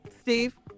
Steve